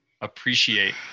appreciate